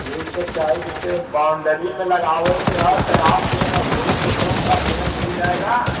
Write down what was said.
फूल तो चाहे जैसे बाउंडरी में लगावे के है तो आपके यहाँ अशोक उसोक का पेड़ मिल जाएगा